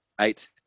eight